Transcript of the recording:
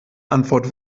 antwort